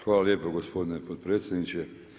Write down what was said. Hvala lijepo gospodine potpredsjedniče.